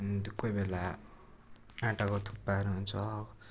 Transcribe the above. त्यो कोही बेला आँटाको थुक्पाहरू हुन्छ